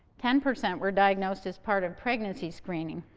ten percent were diagnosed as part of pregnancy screening.